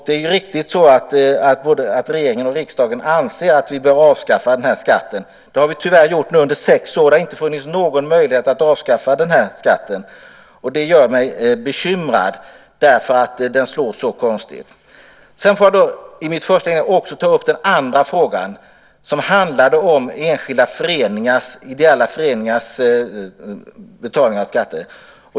Det är riktigt att regeringen och riksdagen anser att vi bör avskaffa denna skatt. Det har vi tyvärr gjort nu under sex år, och det har inte funnits någon möjlighet att avskaffa den, och det gör mig bekymrad därför att den slår så konstigt. Jag ska också ta upp min andra fråga som handlar om enskilda ideella föreningars betalning av skatter.